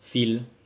feel